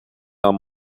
dans